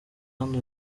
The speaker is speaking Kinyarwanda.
hano